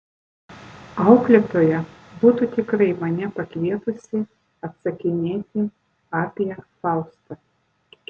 auklėtoja būtų tikrai mane pakvietusi atsakinėti apie faustą